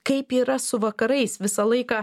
kaip yra su vakarais visą laiką